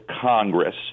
Congress